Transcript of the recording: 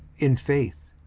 in faith,